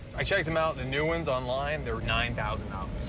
i checked them out, the new ones online, they're nine thousand um